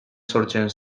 sortu